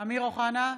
אמיר אוחנה,